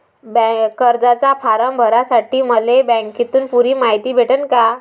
कर्जाचा फारम भरासाठी मले बँकेतून पुरी मायती भेटन का?